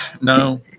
No